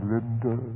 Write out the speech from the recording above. Linda